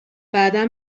بعدا